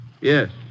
Yes